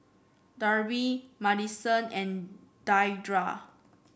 Darby Madyson and Deidra